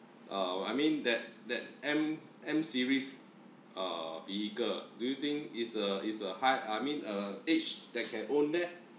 err I mean that that's M M series err vehicle do you think is a is a high I mean err age that can own that